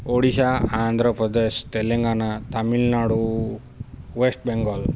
Odisha Andhra Pradesh Telangana Tamil Nadu West Bengal